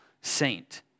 saint